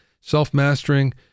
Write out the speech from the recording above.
self-mastering